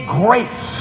grace